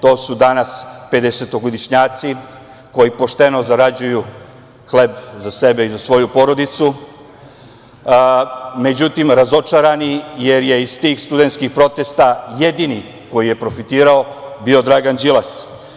To su danas pedesetogodišnjaci, koji pošteno zarađuju hleb za sebe i za svoju porodicu, međutim, razočarani jer je iz tih studentskih protesta jedini koji je profitirao bio Dragan Đilas.